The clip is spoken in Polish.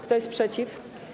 Kto jest przeciw?